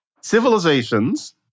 civilizations